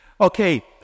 Okay